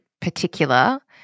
particular